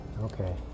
Okay